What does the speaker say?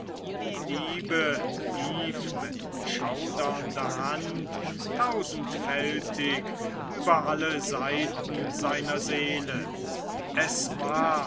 die liebe lief mit schaudernder hand tausendfältig über alle saiten seiner seele es war